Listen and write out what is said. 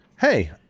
Hey